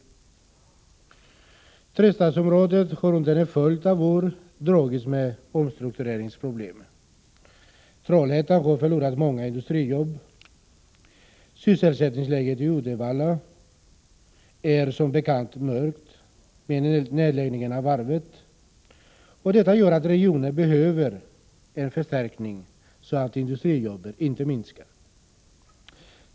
Trestadsområdet har under en följd av år dragits med omstruktureringsproblem. Trollhättan har förlorat många industrijobb. Sysselsättningsläget i Uddevalla är som bekant mörkt med anledning av nedläggningen av varvet. Detta gör att regionen behöver en förstärkning så att industrijobben inte minskar.